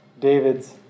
David's